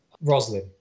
roslyn